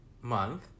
Month